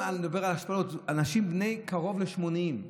אני מדבר על השפלות, אנשים בני קרוב ל-80.